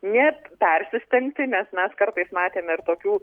nepersistengti nes mes kartais matėm ir tokių